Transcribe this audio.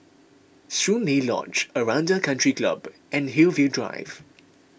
Soon Lee Lodge Aranda Country Club and Hillview Drive